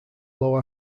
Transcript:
low